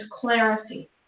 clarity